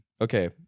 Okay